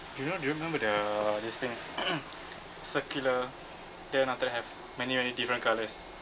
do you know do you remember the this thing circular then after that have many many different colours